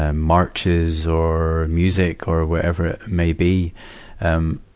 ah marches or music or whatever it may be. um